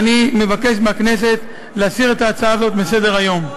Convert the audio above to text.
ואני מבקש מהכנסת להסיר את ההצעה הזאת מסדר-היום.